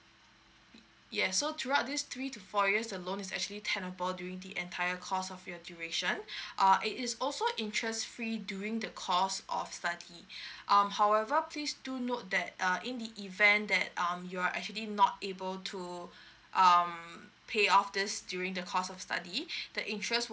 yes so throughout this three to four years the loan is actually tenable during the entire course of your duration uh it is also interest free during the course of study um however please do note that uh in the event that um you are actually not able to um pay off this during the course of study the interest